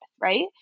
right